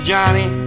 Johnny